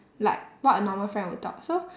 like what a normal friend would talk so